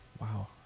Wow